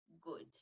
good